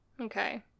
Okay